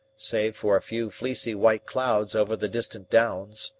save for a few fleecy white clouds over the distant downs.